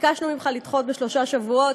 ביקשנו ממך לדחות בשלושה שבועות,